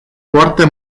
foarte